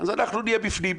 אז אנחנו נהיה בפנים.